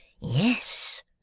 Yes